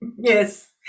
Yes